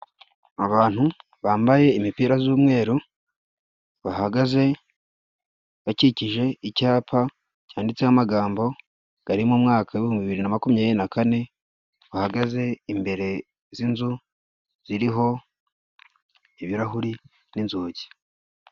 Abantu bambaye imipira z'umweru bahagaze bakikije icyapa cyanditseho amagambo gari mu mwaka w'ibihumbi bibiri na makumyabiri na kane, bahagaze imbere z'inzu ziriho ibirahuri n'inzugi.